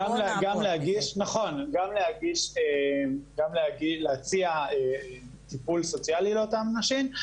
נכון, גם להציע טיפול סוציאלי לאותן נשים.